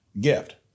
gift